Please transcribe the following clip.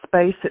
space